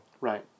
Right